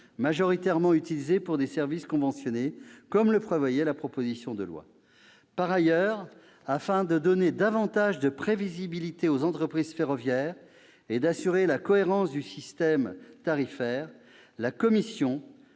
majoritairement utilisés pour des services conventionnés, comme le prévoyait la proposition de loi. Par ailleurs, afin de donner davantage de prévisibilité aux entreprises ferroviaires et d'assurer la cohérence du système tarifaire, la commission